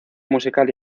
musical